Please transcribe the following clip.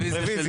רביזיה.